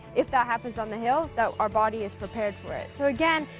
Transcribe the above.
if that happens on the hill, that our body is prepared for it. so again,